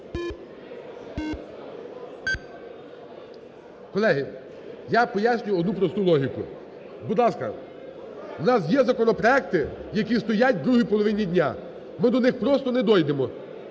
Колеги, я пояснюю одну просту логіку. Будь ласка, у нас є законопроекти, які стоять у другій половині дня. Ми до них просто не дойдемо,